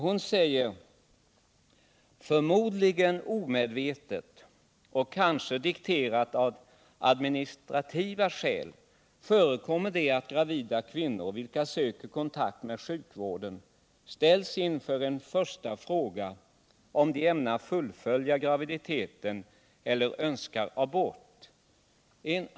Hon säger att förmodligen omedvetet, och kanske dikterat av administrativa skäl, förekommer det att gravida kvinnor, vilka söker kontakt med sjukvården, ställs inför en första fråga — om de ämnar fullfölja graviditeten eller önskar abort.